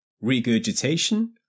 regurgitation